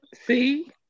See